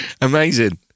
Amazing